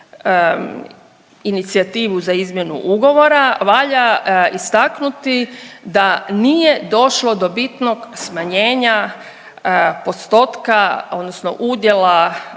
inicijativu za izmjenu ugovora valja istaknuti da nije došlo do bitnog smanjenja postotka, odnosno udjela